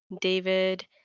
David